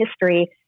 history